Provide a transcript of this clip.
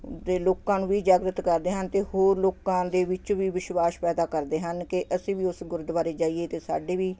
ਅਤੇ ਲੋਕਾਂ ਨੂੰ ਵੀ ਜਾਗਰਤ ਕਰਦੇ ਹਨ ਅਤੇ ਹੋਰ ਲੋਕਾਂ ਦੇ ਵਿੱਚ ਵੀ ਵਿਸ਼ਵਾਸ ਪੈਦਾ ਕਰਦੇ ਹਨ ਕਿ ਅਸੀਂ ਵੀ ਉਸ ਗੁਰਦੁਆਰੇ ਜਾਈਏ ਅਤੇ ਸਾਡੇ ਵੀ